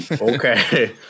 Okay